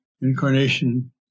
incarnation